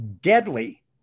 deadly